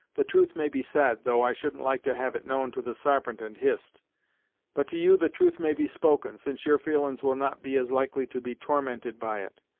the truth may be said, though i shouldn't like to have it known to the sarpent and hist but, to you the truth may be spoken, since your feelin's will not be as likely to be tormented by it,